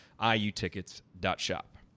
iutickets.shop